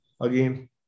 Again